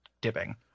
dipping